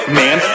man